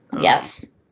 Yes